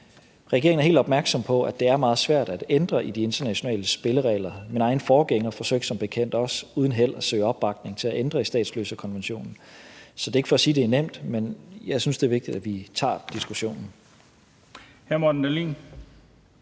Regeringen er helt opmærksom på, at det er meget svært at ændre i de internationale spilleregler. Min egen forgænger forsøgte som bekendt også uden held at søge opbakning til at ændre statsløsekonventionen. Så det er ikke for at sige, at det er nemt, men jeg synes, det er vigtigt, at vi tager diskussionen.